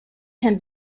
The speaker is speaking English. can